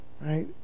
right